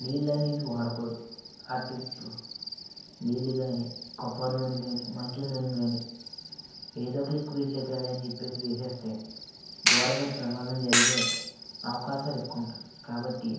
నీళ్ళనేది వాడకూడదు అటు నీళ్ళు కానీ కొబ్బరి నూనె కానీ మంచు నూనె కానీ ఏదో ఒక లిక్విడ్ లే కదా అని చెప్పి వేసేస్తే ఘోరమైన ప్రమాదం జరిగే అవకాశాలు ఎక్కువ ఉంటుంది కాబట్టి